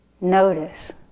notice